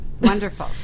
wonderful